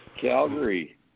Calgary